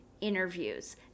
Interviews